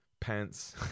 pants